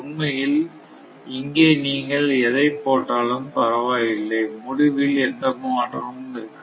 உண்மையில் இங்கே நீங்கள் எதை போட்டாலும் பரவாயில்லை முடிவில் எந்த மாற்றமும் இருக்காது